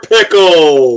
Pickle